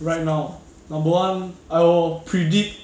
right now number one I will predict